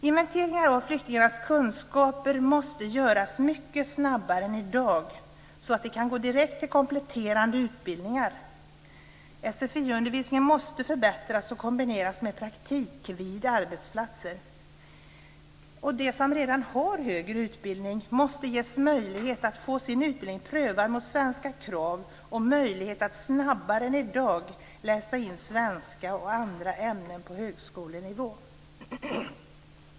Inventeringar av flyktingarnas kunskaper måste göras mycket snabbare än i dag, så att de kan gå direkt till kompletterande utbildningar. Sfiundervisningen måste förbättras och kombineras med praktik vid arbetsplatser. De som redan har högre utbildning måste få sin utbildning prövad mot svenska krav och ges möjlighet att snabbare än i dag läsa in svenska och andra ämnen på högskolenivå.